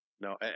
No